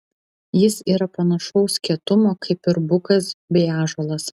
jis yra panašaus kietumo kaip ir bukas bei ąžuolas